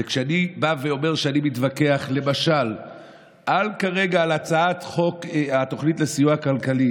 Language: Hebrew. כשאני בא ואומר שאני מתווכח למשל כרגע על הצעת חוק התוכנית לסיוע כלכלי